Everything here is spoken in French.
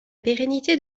pérennité